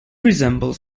resembles